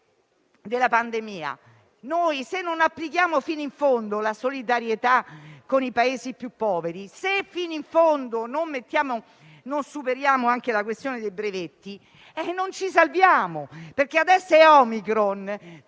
della pandemia: se non applichiamo fino in fondo la solidarietà con i Paesi più poveri, se fino in fondo non superiamo anche la questione dei brevetti, non ci salviamo, perché adesso è Omicron,